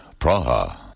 Praha